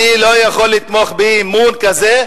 אני לא יכול לתמוך באי-אמון כזה,